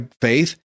faith